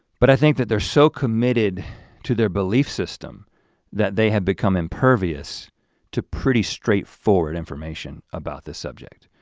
but i think that they're so committed to their belief system that they have become impervious to pretty straightforward information about this subject.